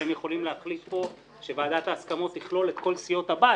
אתם יכולים להחליט פה שוועדת ההסכמות תכלול את כל סיעות הבית.